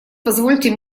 позвольте